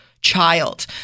child